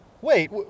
Wait